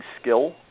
skill